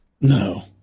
No